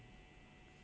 um